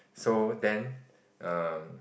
so then um